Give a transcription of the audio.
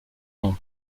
nom